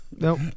Nope